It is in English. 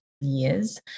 years